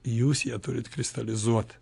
jūs ją turit kristalizuot